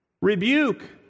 Rebuke